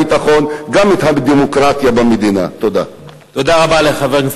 ואכן משנת 1992 פעלנו בשילוב ידיים כאילו אין בינינו מחלוקות